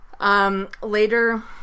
Later